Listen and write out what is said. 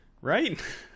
right